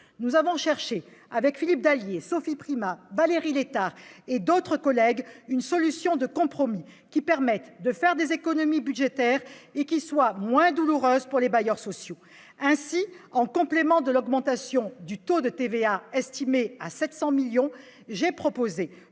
qui marche. Philippe Dallier, Sophie Primas, Valérie Létard, d'autres collègues et moi-même avons cherché une solution de compromis qui permette de réaliser des économies budgétaires et qui soit moins douloureuse pour les bailleurs sociaux. Ainsi, en complément de l'augmentation du taux de TVA estimée à 700 millions d'euros, j'ai proposé